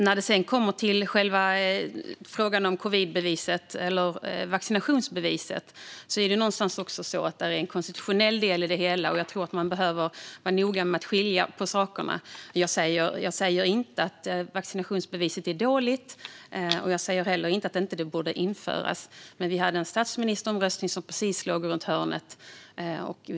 När det kommer till frågan om vaccinationsbevis finns det en konstitutionell del i det hela, och jag tror att man behöver vara noga med att skilja mellan saker. Jag säger inte att vaccinationsbevis är dåligt och heller inte att det inte borde införas, men vi hade en statsministeromröstning som låg precis runt hörnet.